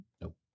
Nope